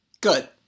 Good